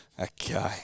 Okay